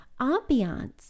ambiance